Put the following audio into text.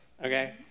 Okay